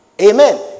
amen